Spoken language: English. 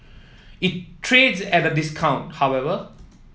it trades at a discount however